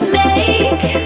make